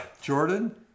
Jordan